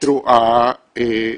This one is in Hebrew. תודה רבה.